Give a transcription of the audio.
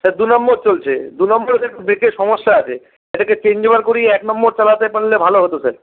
sir দু নম্বর চলছে দু নম্বরে তো একটু ব্রেকে সমস্যা আছে এটাকে চেঞ্জওভার করিয়ে এক নম্বর চালাতে পারলে ভালো হতো স্যার